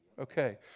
Okay